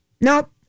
Nope